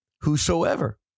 whosoever